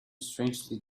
strangely